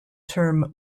term